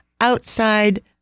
outside